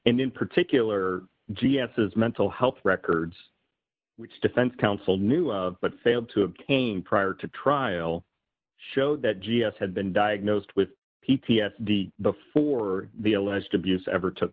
and in particular g s his mental health records which defense counsel knew but failed to obtain prior to trial show that g s had been diagnosed with p t s d before the alleged abuse ever took